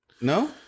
No